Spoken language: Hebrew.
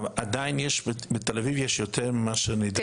עדיין, בתל אביב יש יותר ממה שנדרש.